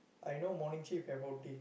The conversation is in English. I know morning shift have O_T